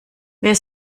wer